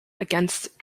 against